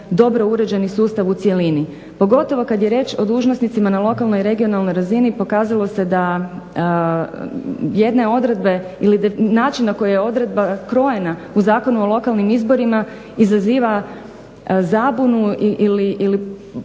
dobro uređeni sustav u cjelini. Pogotovo kad je riječ o dužnosnicima na lokalnoj i regionalnoj razini pokazalo se da jedne odredbe ili način na koji je odredba krojena u Zakonu o lokalnim izborima izaziva zabunu ili potrebu